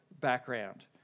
background